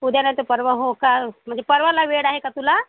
उद्या नाही तर परवा हो का म्हणजे परवाला वेळ आहे का तुला